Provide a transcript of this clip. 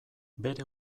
bere